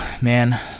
man